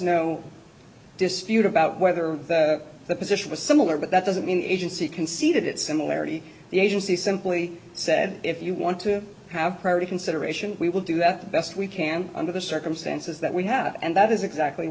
no dispute about whether the position was similar but that doesn't mean the agency conceded it similarity the agency simply said if you want to have priority consideration we will do that the best we can under the circumstances that we have and that is exactly